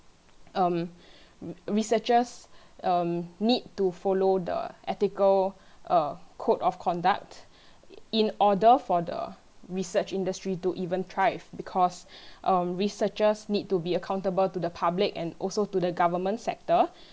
um re~ researchers um need to follow the ethical uh code of conduct in order for the research industry to even thrive because um researchers needs to be accountable to the public and also to the government sector